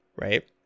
right